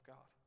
God